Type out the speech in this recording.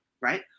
right